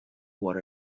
what